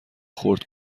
خرد